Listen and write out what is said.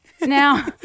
Now